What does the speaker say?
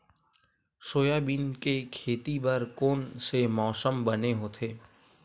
Soybean के खेती बर कोन से मौसम बने होथे?